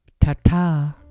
ta-ta